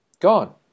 Gone